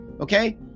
Okay